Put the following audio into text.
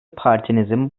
partinizin